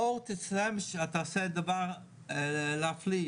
מור תעשה דבר נפלא,